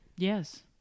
Yes